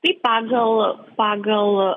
tai pagal pagal